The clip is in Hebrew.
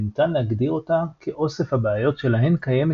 וניתן להגדיר אותה כאוסף הבעיות שלהן קיימת